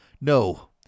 no